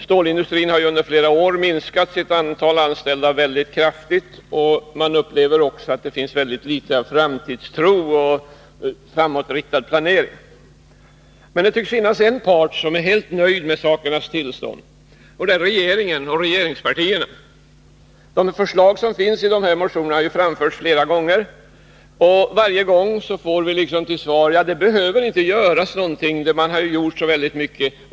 Stålindustrin har under flera år minskat antalet anställda väldigt kraftigt, och man upplever också att det finns ytterst litet av framtidstro och framåtriktad planering. Men det tycks finnas en part som är helt nöjd med sakernas tillstånd, och det är regeringen och regeringspartierna. De förslag som finns i motionerna har ju framförts flera gånger, och varje gång får vi till svar att det inte behöver göras någonting, för man har ju gjort så väldigt mycket.